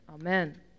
Amen